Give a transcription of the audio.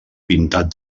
pintat